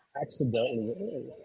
accidentally